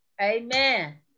Amen